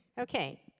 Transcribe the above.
Okay